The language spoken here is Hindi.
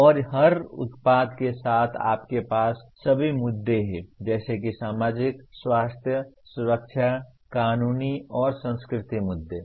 और हर उत्पाद के साथ आपके पास सभी मुद्दे हैं जैसे कि सामाजिक स्वास्थ्य सुरक्षा कानूनी और सांस्कृतिक मुद्दे